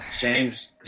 James